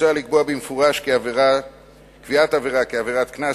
מוצע לקבוע במפורש כי קביעת עבירה כעבירת קנס